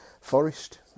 Forest